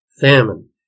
Famine